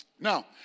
now